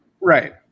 Right